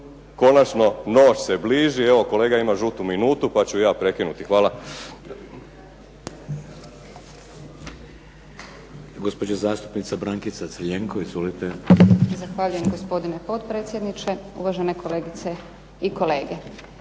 Konačno noć se bliži. Evo kolega ima žutu minutu, pa ću je ja prekinuti. Hvala.